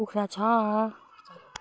कुखुरा छ